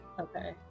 Okay